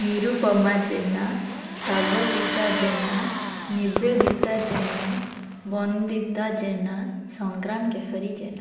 Nirupama Jena Swagatika Jena Nibedita Jena Bandita Jena Sangram Keshari Jena